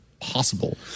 possible